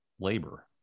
labor